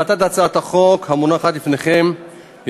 מטרת הצעת החוק המונחת לפניכם היא